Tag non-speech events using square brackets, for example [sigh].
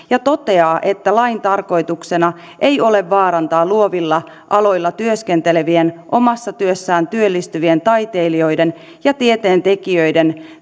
[unintelligible] ja toteaa että lain tarkoituksena ei ole vaarantaa luovilla aloilla työskentelevien omassa työssään työllistyvien taiteilijoiden ja tieteentekijöiden [unintelligible]